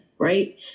Right